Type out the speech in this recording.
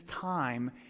time